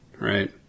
right